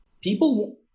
people